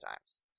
times